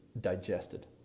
digested